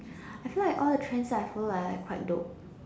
I feel like all the trends I follow are like quite dope